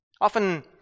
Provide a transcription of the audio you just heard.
Often